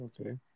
Okay